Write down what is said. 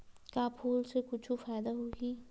का फूल से कुछु फ़ायदा होही?